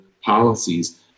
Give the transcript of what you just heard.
policies